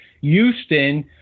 Houston